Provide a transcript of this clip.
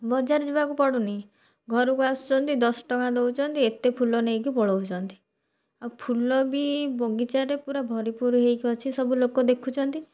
ବଜାର ଯିବାକୁ ପଡ଼ୁନି ଘରକୁ ଆସୁଛନ୍ତି ଦଶ ଟଙ୍କା ଦେଉଛନ୍ତି ଏତେ ଫୁଲ ନେଇକି ପଳାଉଛନ୍ତି ଆଉ ଫୁଲ ବି ବଗିଚାରେ ପୁରା ଭରିପୁର ହେଇକି ଅଛି ସବୁ ଲୋକ ଦେଖୁଛନ୍ତି